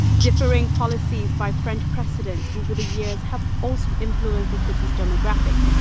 differing policies by french presidents over the years have also influenced the city's demographics,